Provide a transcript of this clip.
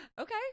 okay